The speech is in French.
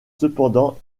cependant